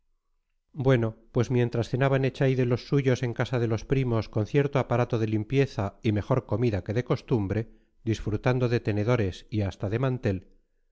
bueno pues mientras cenaban echaide y los suyos en casa de los primos con cierto aparato de limpieza y mejor comida que de costumbre disfrutando de tenedores y hasta de mantel